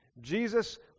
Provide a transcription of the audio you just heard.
Jesus